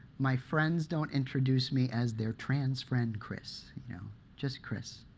my friends don't introduce me as their trans friend chris, you know just chris,